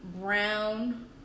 brown